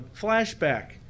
flashback